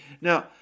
Now